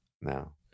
now